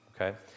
Okay